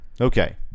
Okay